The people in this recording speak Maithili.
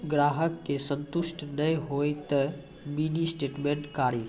ग्राहक के संतुष्ट ने होयब ते मिनि स्टेटमेन कारी?